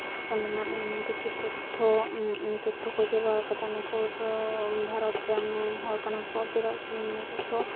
ᱚᱸᱰᱮᱱᱟᱜ ᱱᱟᱱᱟᱱ ᱠᱤᱪᱷᱩ ᱛᱚᱛᱛᱷᱚ ᱛᱚᱛᱛᱷᱚ ᱠᱚ ᱡᱚᱜᱟᱲ ᱠᱟᱫᱟ ᱱᱩᱠᱩ ᱫᱚ ᱵᱷᱟᱨᱚᱛ ᱨᱮᱱ ᱦᱚᱲ ᱠᱟᱱᱟᱠᱚ ᱪᱮᱫᱟᱜ ᱥᱮ ᱱᱩᱠᱩ ᱫᱚ